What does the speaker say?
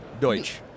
Deutsch